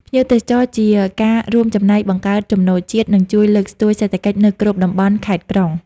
ភ្ញៀវទេសចរជាការរួមចំណែកបង្កើតចំណូលជាតិ និងជួយលើកស្ទួយសេដ្ឋកិច្ចនៅគ្រប់តំបន់ ខេត្ត ក្រុង។